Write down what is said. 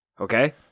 okay